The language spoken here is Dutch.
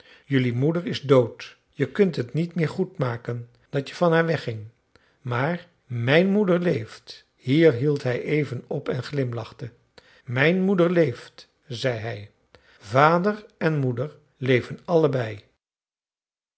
jelui moeder is dood je kunt het niet meer goed maken dat je van haar wegging maar mijn moeder leeft hier hield hij even op en glimlachte mijn moeder leeft zei hij vader en moeder leven allebei